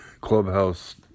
clubhouse